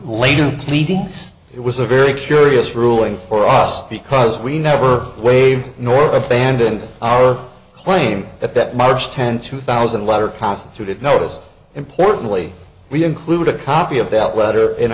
later pleadings it was a very curious ruling for us because we never waived nor abandon our claim that that march tenth two thousand letter constituted noticed importantly we included a copy of that letter in